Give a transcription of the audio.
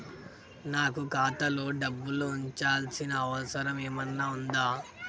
నాకు ఖాతాలో డబ్బులు ఉంచాల్సిన అవసరం ఏమన్నా ఉందా?